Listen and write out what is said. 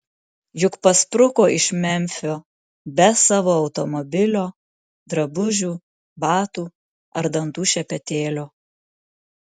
juk paspruko iš memfio be savo automobilio drabužių batų ar dantų šepetėlio